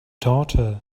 daughter